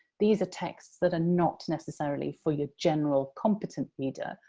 these are texts that are not necessarily for your general competent reader,